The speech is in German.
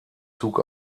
zug